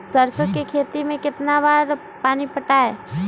सरसों के खेत मे कितना बार पानी पटाये?